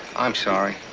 i'm sorry.